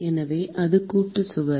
எனவே அது கூட்டுச் சுவர்